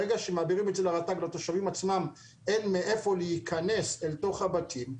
ברגע שמעבירים את זה לרט"ג לתושבים עצמם אין מאיפה להיכנס לתוך הבתים.